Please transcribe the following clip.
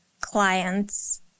clients